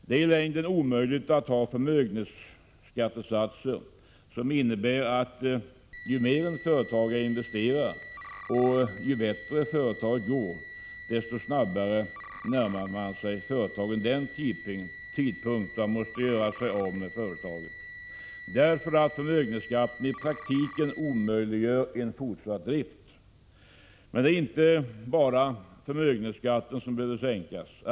Det är i längden omöjligt att ha förmögenhetsskattesatser, som innebär att ju mer en företagare investerar och ju bättre företaget går desto snabbare närmar sig företagaren den tidpunkt då han måste göra sig av med företaget, därför att förmögenhetsskatten i praktiken omöjliggör fortsatt drift. Men det är inte bara förmögenhetsskatten som behöver sänkas.